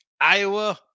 Iowa